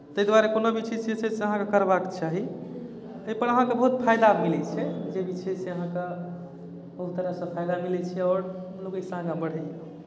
ताहि दुआरे कोनो भी चीज छै से अहाँकेँ करबाक चाही ताहिपर अहाँकेँ बहुत फायदा मिलैत छै जे छै भी छै से अहाँकेँ बहुत तरहसँ फायदा मिलैत छै आओर लोक ओहिसँ आगाँ बढ़ैए